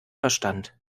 verstand